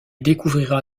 découvrira